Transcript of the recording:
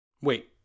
Wait